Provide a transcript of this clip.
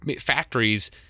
factories